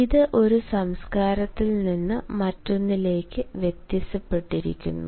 ഇത് ഒരു സംസ്കാരത്തിൽ നിന്ന് മറ്റൊന്നിലേക്ക് വ്യത്യാസപ്പെടുന്നു